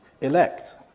elect